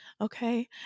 okay